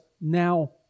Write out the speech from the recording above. now